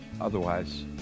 otherwise